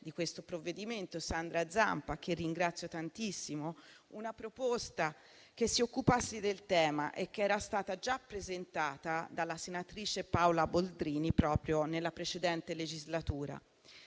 di questo provvedimento, la collega Sandra Zampa, che ringrazio tantissimo, una proposta che si occupasse del tema e che era stata già presentata dalla senatrice Paola Boldrini nella precedente legislatura.